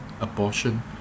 abortion